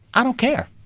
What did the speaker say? i don't care.